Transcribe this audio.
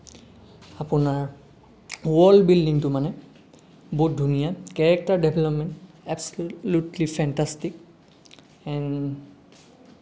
আপোনাৰ ৱৰ্ল্ড বিল্ডিঙটো মানে বহুত ধুনীয়া কেৰেক্টাৰ ডেভেলপমেণ্ট এক্সক্লোলোটলি ফেণ্টাষ্টিক